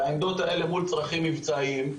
העמדות האלה מול צרכים מבצעיים,